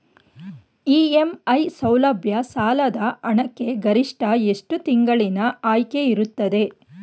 EMI ಸೌಲಭ್ಯ ಸಾಲದ ಹಣಕ್ಕೆ ಗರಿಷ್ಠ ಎಷ್ಟು ತಿಂಗಳಿನ ಆಯ್ಕೆ ಇರುತ್ತದೆ?